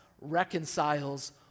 reconciles